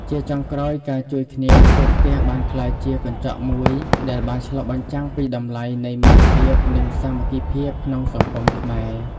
ជាចុងក្រោយ ការជួយគ្នាធ្វើផ្ទះបានក្លាយជាកញ្ចក់មួយដែលបានឆ្លុះបញ្ចាំងពីតម្លៃនៃមិត្តភាពនិងសាមគ្គីភាពក្នុងសង្គមខ្មែរ។